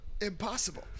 Impossible